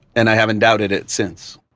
and i haven't doubted it since